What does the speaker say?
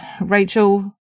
Rachel